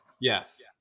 Yes